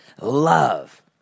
Love